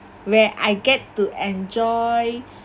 where I get to enjoy